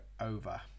over